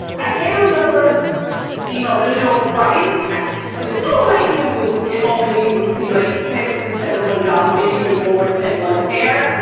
i can't remember the original price but still weitzman boots get over the knee boots can be like six to seven hundred dollars maybe even more depending on the pair,